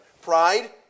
pride